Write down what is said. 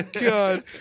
God